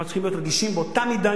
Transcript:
אנחנו צריכים להיות רגישים באותה מידה,